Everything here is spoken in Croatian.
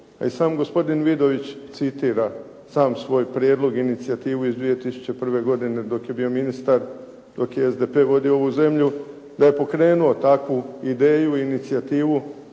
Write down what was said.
A i sam gospodin Vidović citira sam svoj prijedlog i inicijativu iz 2001. godine dok je bio ministar, dok je SDP vodio ovu zemlju da je pokrenuo takvu ideju i inicijativu